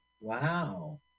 Wow